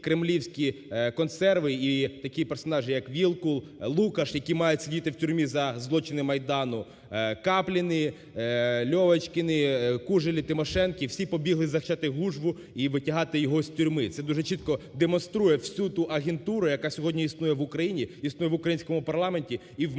кремлівські "консерви" і такі персонажі, як Вілкул, Лукаш, які мають сидіти в тюрмі за злочини Майдану. Капліни, льовочкіни, кужелі, тимошенки – побігли захищати Гужву і витягувати його тюрми. Це дуже чітко демонструє всю ту агентуру, яка сьогодні існує в Україні, існує в українському парламенті і в